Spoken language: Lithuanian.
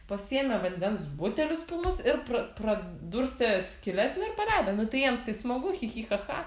pasiėmė vandens butelius pilnus ir pra pradurstė skyles nu ir paleido nu tai jiems tai smagu chi chi cha cha